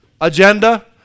agenda